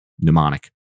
mnemonic